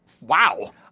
Wow